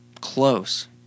Close